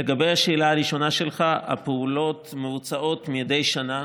לגבי השאלה הראשונה שלך, הפעולות מבוצעות מדי שנה.